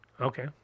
Okay